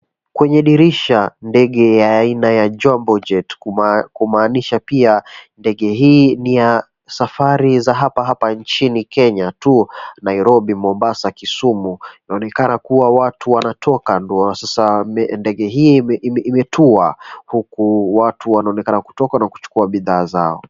Kwenye dirisha ndege ya aina ya Jambojet. Kumaanisha pia ndege hii ni ya safari za hapa hapa nchini Kenya tu; Nairobi, Mombasa, Kisumu. Inaonekana kuwa watu wanatoka ndio naona sasa ndege hii imetua huku watu wanaonekana kutoka na kuchukua bidhaa zao.